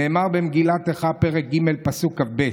נאמר במגילת איכה פרק ג', פסוק כ"ב: